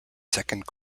second